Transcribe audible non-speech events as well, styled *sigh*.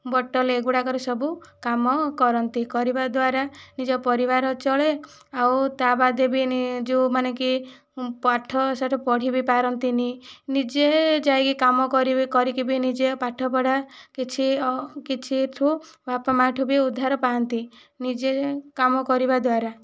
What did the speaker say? bottle ଏଗୁଡ଼ାକରେ ସବୁ କାମ କରନ୍ତି କରିବାଦ୍ୱାରା ନିଜ ପରିବାର ଚଳେ ଆଉ ତା' ବାଦେ ବି *unintelligible* ଯେଉଁମାନେ କି ପାଠ ସାଠ ପଢ଼ି ବି ପାରନ୍ତିନି ନିଜେ ଯାଇ କାମ କରିବେ କରିକି ବି ନିଜ ପାଠପଢ଼ା କିଛି କିଛି ଠାରୁ ବାପା ମା' ଠାରୁ ବି ଉଦ୍ଧାର ପାଆନ୍ତି ନିଜେ କାମ କରିବା ଦ୍ୱାରା